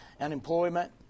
unemployment